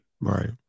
Right